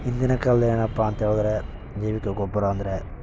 ಹಿಂದಿನ ಕಾಲ್ದಲ್ಲಿ ಏನಪ್ಪ ಅಂಥೇಳಿದ್ರೆ ಜೈವಿಕ ಗೊಬ್ಬರ ಅಂದರೆ